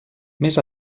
més